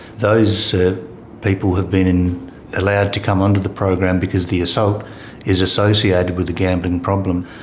those people have been allowed to come under the program because the assault is associated with a gambling problem.